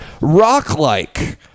rock-like